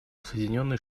соединенные